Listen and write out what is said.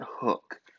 hook